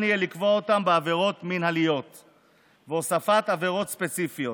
יהיה לקבוע אותן כעבירות מינהליות והוספת עבירות ספציפיות.